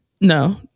No